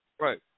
Right